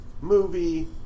movie